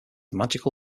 magical